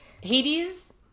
Hades